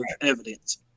evidence